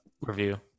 review